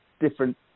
different